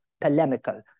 polemical